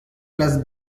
place